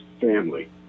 family